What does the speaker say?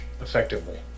effectively